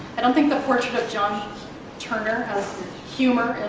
i don't think the portrait of john turner has humor